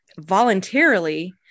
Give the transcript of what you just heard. voluntarily